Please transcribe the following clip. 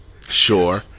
Sure